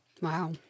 Wow